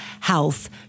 health